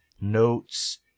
notes